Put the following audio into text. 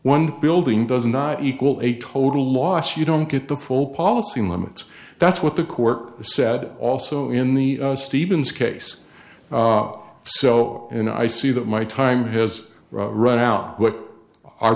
one building does not equal a total loss you don't get the full policy limits that's what the court said also in the stevens case so you know i see that my time has run out what our